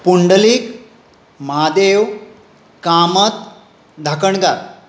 Pundalik Mahadev Kamat Dhakankar